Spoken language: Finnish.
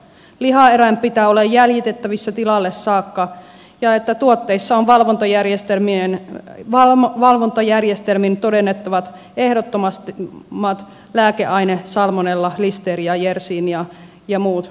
lihaerän pitää olla jäljitettävissä tilalle saakka ja tuotteissa on oltava valvontajärjestelmin todennettavat ehdottomat lääkeaine salmonella listeria yersinia ja muut vapaudet